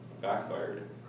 Backfired